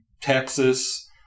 Texas